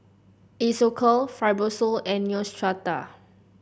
Isocal Fibrosol and Neostrata